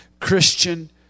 Christian